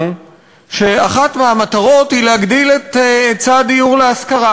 שאחת מהמטרות היא להגדיל את היצע הדיור להשכרה,